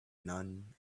none